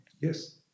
Yes